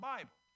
Bible